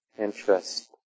interest